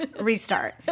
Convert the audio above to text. Restart